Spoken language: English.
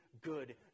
good